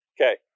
Okay